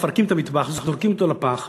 מפרקים את המטבח וזורקים אותו לפח